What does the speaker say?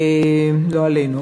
לא עלינו.